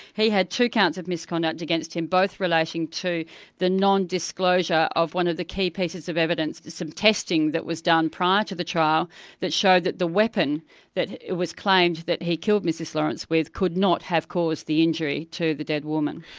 he had two counts of misconduct against him, both relating to the non-disclosure of one of the key pieces of evidence, some testing that was done prior to the trial that showed that the weapon that was claimed that he killed mrs lawrence with, could not have caused the injury to the dead woman.